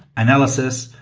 analysis,